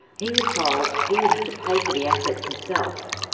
he was told he would have to pay for the assets himself.